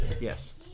Yes